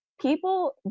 people